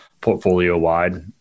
portfolio-wide